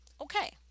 Okay